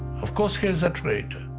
of course he is a traitor.